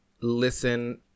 listen